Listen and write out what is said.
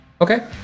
okay